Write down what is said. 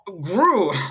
grew